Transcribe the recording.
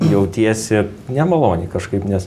jautiesi nemaloniai kažkaip nes